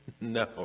No